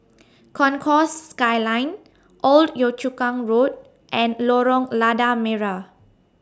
Concourse Skyline Old Yio Chu Kang Road and Lorong Lada Merah